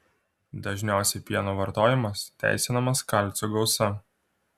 dažniausiai pieno vartojamas teisinamas kalcio gausa